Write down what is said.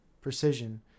precision